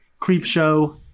Creepshow